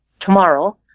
tomorrow